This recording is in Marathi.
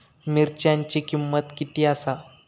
मिरच्यांची किंमत किती आसा?